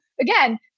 again